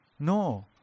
No